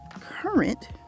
current